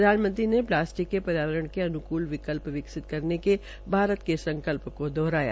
प्रधानमंत्री ने प्लासिटक के पर्यावरण के अनुकल विकल्प विकसित करने के भारत के संकल्प को दोहराया